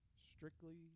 Strictly